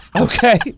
Okay